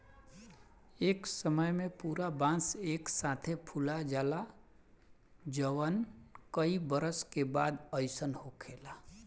ए समय में पूरा बांस एक साथे फुला जाला जवन कई बरस के बाद अईसन होखेला